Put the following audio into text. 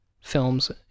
films